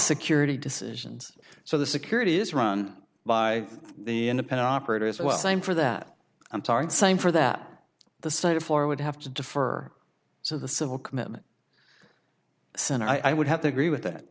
security decisions so the security is run by the independent operators well same for that i'm talking same for that the state of for would have to defer so the civil commitment and i would have to agree with that